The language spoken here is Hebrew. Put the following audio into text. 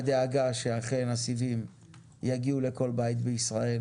הדאגה שאכן הסיבים יגיעו לכל בית בישראל,